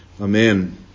Amen